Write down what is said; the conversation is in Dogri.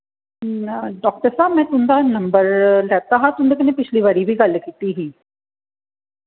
डाक्टर साह्ब में तुं'दा नम्बर लैता हा तुं'दे कन्नै पिछली बारी बी गल्ल कीती ही